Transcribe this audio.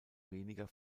weniger